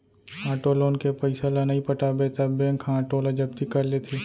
auto loan के पइसा ल नइ पटाबे त बेंक ह आटो ल जब्ती कर लेथे